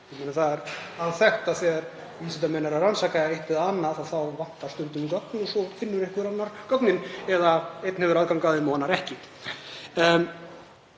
staðar. Það er alþekkt að þegar vísindamenn eru að rannsaka eitt eða annað þá vantar stundum gögn, en svo finnur einhver annar gögnin, eða einn hefur aðgang að þeim og annar ekki.